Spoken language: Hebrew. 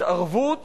התערבות